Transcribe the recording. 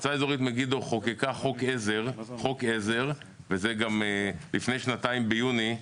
מועצה אזורית מגידו חוקקה חוק עזר ביוני לפני שנתיים,